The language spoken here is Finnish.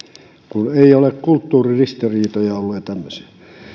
kun ei ole kulttuuriristiriitoja ollut ja tämmöisiä